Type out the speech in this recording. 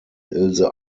ilse